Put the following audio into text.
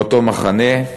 באותו מחנה.